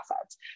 assets